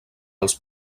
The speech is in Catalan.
els